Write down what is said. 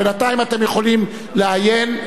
בינתיים אתם יכולים לעיין.